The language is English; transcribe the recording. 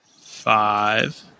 Five